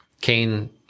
Cain